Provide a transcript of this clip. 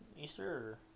Easter